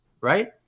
right